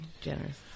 generous